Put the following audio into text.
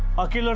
okay, like